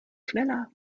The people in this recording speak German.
schneller